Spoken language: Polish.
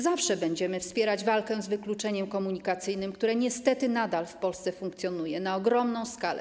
Zawsze będziemy wspierać walkę z wykluczeniem komunikacyjnym, które niestety nadal w Polsce funkcjonuje na ogromną skalę.